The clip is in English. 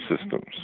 systems